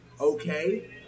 okay